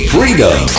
Freedom